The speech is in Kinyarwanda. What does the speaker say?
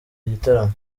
gitaramo